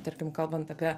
tarkim kalbant apie